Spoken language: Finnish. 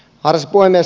arvoisa puhemies